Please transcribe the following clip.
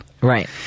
Right